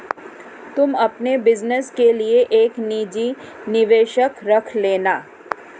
तुम अपने बिज़नस के लिए एक निजी निवेशक रख लेना